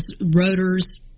Rotors